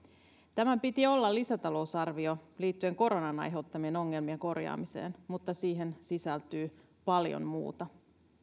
tämän piti olla lisätalousarvio liittyen koronan aiheuttamien ongelmien korjaamiseen mutta siihen sisältyy paljon muuta